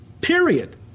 period